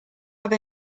have